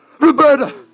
Roberta